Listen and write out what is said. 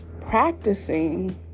practicing